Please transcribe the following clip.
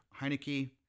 Heineke